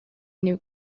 new